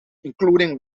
including